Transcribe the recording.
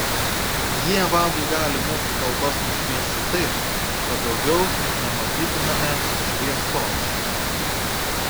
jie vadui gali mūsų kalbas nušviesti taip kad daugiau nematytumėme šviesos